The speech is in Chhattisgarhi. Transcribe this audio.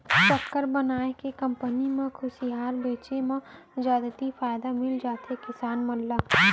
सक्कर बनाए के कंपनी म खुसियार बेचे म जादति फायदा मिल जाथे किसान मन ल